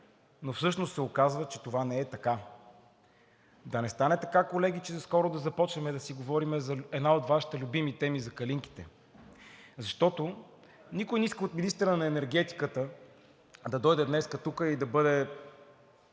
но всъщност се оказва, че това не е така. Да не стане така, колеги, че скоро да започнем да си говорим за една от Вашите любими теми за калинките? Защото никой не иска от министъра на енергетиката да дойде днес тук и да бъде